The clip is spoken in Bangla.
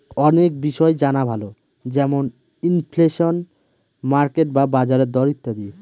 অনেক বিষয় জানা ভালো যেমন ইনফ্লেশন, মার্কেট বা বাজারের দর ইত্যাদি